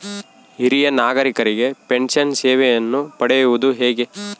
ಹಿರಿಯ ನಾಗರಿಕರಿಗೆ ಪೆನ್ಷನ್ ಸೇವೆಯನ್ನು ಪಡೆಯುವುದು ಹೇಗೆ?